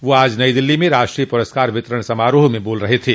वे आज नई दिल्ली में राष्ट्रीय पुरस्कार वितरण समारोह में बोल रहे थे